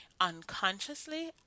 unconsciously